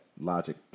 Logic